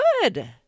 good